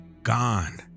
Gone